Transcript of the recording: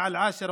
שעומדות לפנינו.